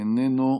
איננו,